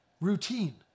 routine